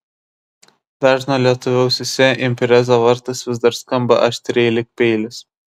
dažno lietuvio ausyse impreza vardas vis dar skamba aštriai lyg peilis